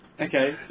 Okay